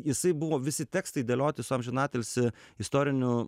jisai buvo visi tekstai dėlioti su amžinatilsį istorinių